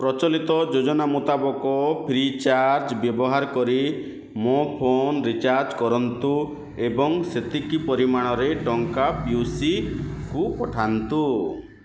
ପ୍ରଚଳିତ ଯୋଜନା ମୁତାବକ ଫ୍ରି ଚାର୍ଜ୍ ବ୍ୟବହାର କରି ମୋ ଫୋନ୍ ରିଚାର୍ଜ କରନ୍ତୁ ଏବଂ ସେତିକି ପରିମାଣର ଟଙ୍କା ପିଉସୀକୁ ପଠାନ୍ତୁ